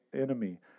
enemy